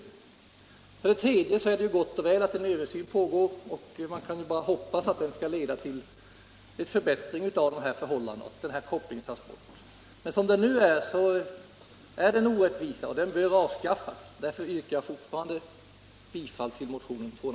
När det gäller den sista punkten är det gott och väl att en prövning pågår. Man kan bara hoppas att den skall leda till att kopplingen tas bort. Som det nu är har vi här en orättvisa, och den bör avskaffas. Därför vidhåller jag mitt yrkande om bifall till motionen.